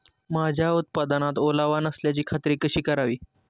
माझ्या उत्पादनात ओलावा नसल्याची खात्री कशी करावी?